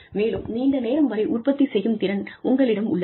மேலும் நீண்ட நேரம் வரை உற்பத்தி செய்யும் திறன் உங்களிடம் உள்ளது